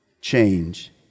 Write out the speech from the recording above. change